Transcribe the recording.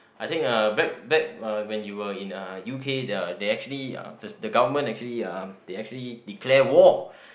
I think uh back back uh when you were in a U_K they are they actually the government actually uh they actually declare war